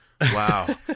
Wow